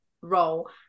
role